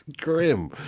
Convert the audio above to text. grim